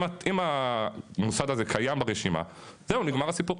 אם המוסד הזה קיים ברשימה זהו נגמר הסיפור.